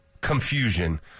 confusion